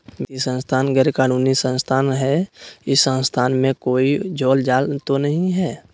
वित्तीय संस्था गैर कानूनी संस्था है इस संस्था में कोई झोलझाल तो नहीं है?